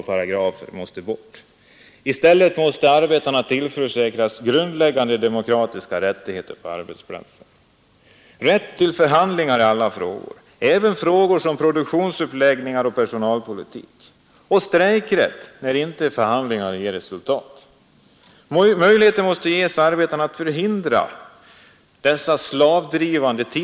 En sak måste slås fast: alla samarbetsavtal innebär att vägen till en verklig företagsdemokrati blir längre, och det gynnar bara kapitalägarklassen. Fackföreningarna är i dag hårt uppbundna i klassamarbete på klasslagarnas och Saltsjöbadsavtalets grund.